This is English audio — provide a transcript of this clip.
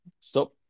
Stop